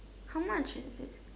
how much is it